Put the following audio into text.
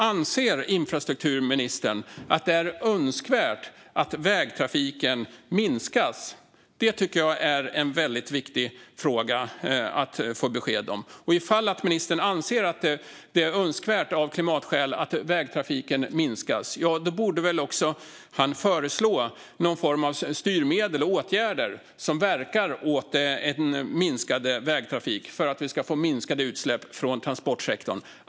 Anser infrastrukturministern att det är önskvärt att vägtrafiken minskas? Det tycker jag är en väldigt viktig fråga att få besked om. Ifall ministern anser att det av klimatskäl är önskvärt att vägtrafiken minskas borde han väl också föreslå någon form av styrmedel och åtgärder som verkar för minskad vägtrafik för att vi ska få minskade utsläpp från transportsektorn.